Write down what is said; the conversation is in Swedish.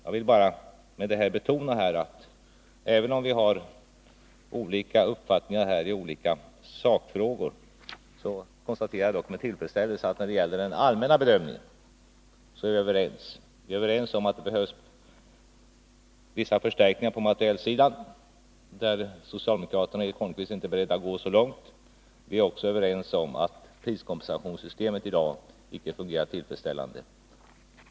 Jag vill bara betona att även om vi har olika uppfattningar i olika sakfrågor konstaterar jag med tillfredsställelse att vi när det gäller den allmänna bedömningen är överens. Vi är överens om att det behövs vissa förstärkningar på materielsidan, där socialdemokraterna och Eric Holmqvist inte är beredda att gå så långt som vi, och vi är också överens om att priskompensationssystemet i dag inte fungerar tillfredsställande.